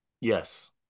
yes